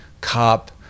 cop